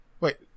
wait